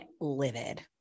livid